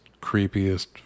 creepiest